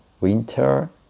winter